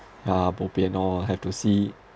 yeah bo pian orh have to see